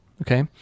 okay